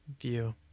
view